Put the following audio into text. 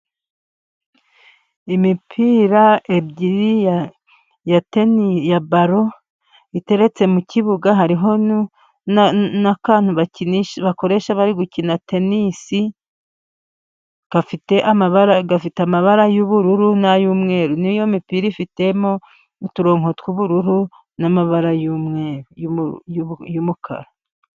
Imipira ibiri ya tenisi ya baro iteretse mu kibuga hariho n'akantu bakoresha bari gukina tenisi gafitemo amabara y'ubururu n'umweru, niyo mipira ifitemo uturongo tw'ubururu n'amabara y'umweru n'umukara.